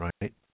right